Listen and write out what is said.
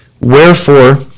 Wherefore